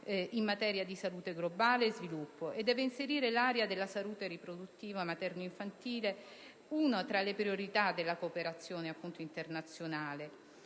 in materia di salute globale ed inserire l'area della salute riproduttiva, materno e infantile fra le priorità della cooperazione internazionale,